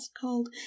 called